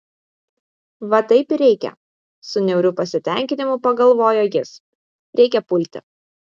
va taip ir reikia su niauriu pasitenkinimu pagalvojo jis reikia pulti